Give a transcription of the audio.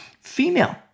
female